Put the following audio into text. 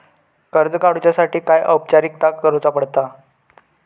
कर्ज काडुच्यासाठी काय औपचारिकता करुचा पडता?